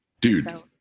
Dude